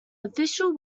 official